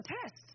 tests